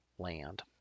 land